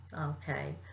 Okay